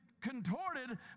contorted